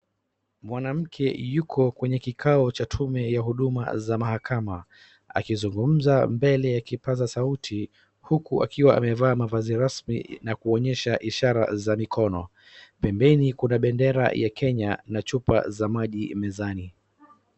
Mwamake yuko kwenye kikao cha tume ya huduma za mahakama akizungumza mbele ya kipaza sauti huku akiwa amevaa mavazi rasmi na kuonyeshs ishara za mikono. Pembeni kuna bendera ya Kenya na chupa za maji mezani.